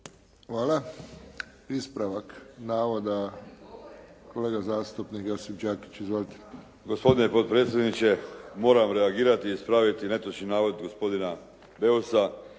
Hvala. Ispravak navoda, kolega zastupnik Josip Đakić. **Đakić, Josip (HDZ)** Gospodine potpredsjedniče, moram reagirati, ispraviti netočan navod gospodina Beusa